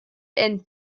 and